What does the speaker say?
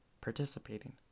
participating